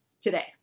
today